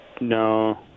No